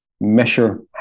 measure